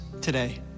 today